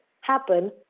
happen